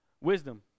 wisdom